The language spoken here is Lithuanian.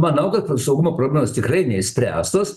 manau kad saugumo problemos tikrai neišspręstos